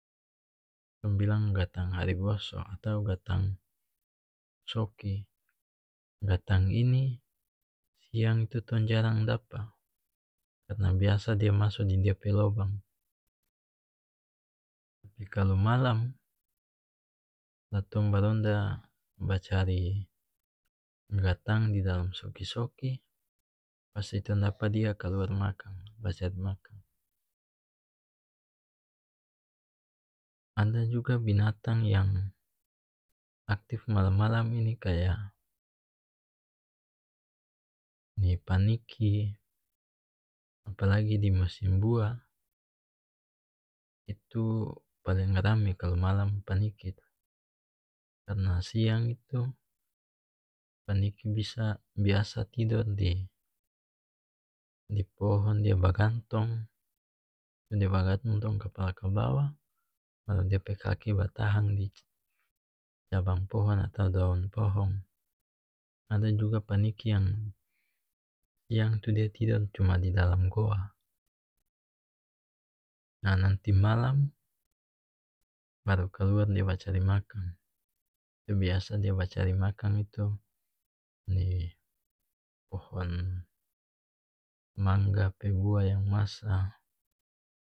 Dong bilang gatang hariboso atau gatang soki gatang ini siang itu tong jarang dapa karena biasa dia maso di dia pe lobang tapi kalu malam la tong baronda ba cari gatang didalam soki-soki pasti tong dapa dia kaluar makang bacari makang ada juga binatang yang aktif malam-malam ini kaya ni paniki apalagi dimusim buah itu paleng rame kalu malam paniki itu karena siang itu paniki bisa biasa tidor di-di pohon dia bagantong itu dia bagantong kapala kabawa baru dia pe kaki batahang di cabang pohong atau daun pohong ada juga paniki yang siang itu dia tidor cuma didalam goa nah nanti malam baru kaluar dia ba cari makang itu biasa dia ba cari makang itu di pohon mangga pe buah yang masa.